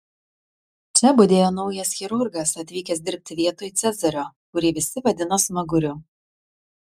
čia budėjo naujas chirurgas atvykęs dirbti vietoj cezario kurį visi vadino smaguriu